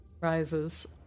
rises